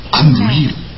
unreal